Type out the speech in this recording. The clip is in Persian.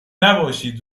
نباشید